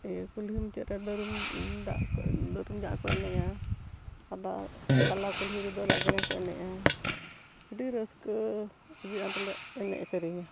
ᱤᱭᱟᱹ ᱠᱩᱞᱦᱤ ᱢᱩᱪᱟᱹᱫ ᱨᱮᱫᱚ ᱫᱟᱨᱩᱢ ᱫᱟᱜ ᱫᱟᱨᱩᱢ ᱡᱟᱜ ᱠᱚ ᱮᱱᱮᱡᱼᱟ ᱟᱵᱟᱨ ᱛᱟᱞᱟ ᱠᱩᱞᱦᱤ ᱨᱮᱫᱚ ᱞᱟᱜᱽᱬᱮ ᱠᱚ ᱮᱱᱮᱡᱼᱟ ᱟᱹᱰᱤ ᱨᱟᱹᱥᱠᱟᱹ ᱟᱹᱰᱤ ᱟᱸᱴ ᱞᱮ ᱮᱱᱮᱡ ᱥᱮᱨᱮᱧᱟ